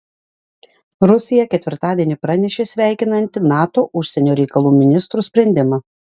rusija ketvirtadienį pranešė sveikinanti nato užsienio reikalų ministrų sprendimą